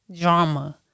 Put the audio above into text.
drama